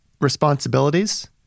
responsibilities